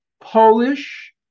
Polish